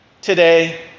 today